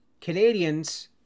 Canadians